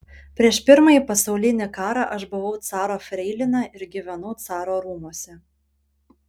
prieš pirmąjį pasaulinį karą aš buvau caro freilina ir gyvenau caro rūmuose